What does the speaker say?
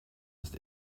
ist